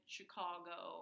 Chicago